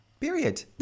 Period